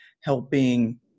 helping